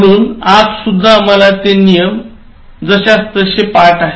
म्हणून आज सुद्धा आम्हाला ते नियम माहिती आहेत